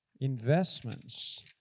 investments